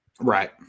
Right